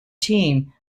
team